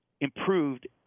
improved